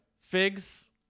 Figs